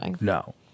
No